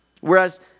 whereas